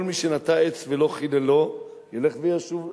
כל מי שנטע עץ ולא חיללו ילך וישוב לביתו,